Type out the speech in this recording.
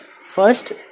First